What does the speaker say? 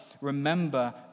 remember